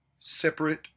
separate